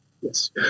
Yes